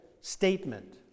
statement